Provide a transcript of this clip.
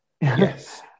Yes